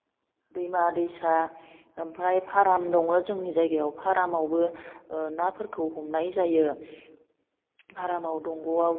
दैमा दैसा ओमफ्राइ फाराम दङ जोंनि जायगायाव फारामावबो नाफोरखौ हमनाय जायो फारामाव दंग'आव